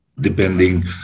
depending